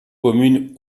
communes